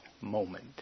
moment